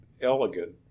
elegant